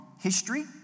history